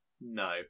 No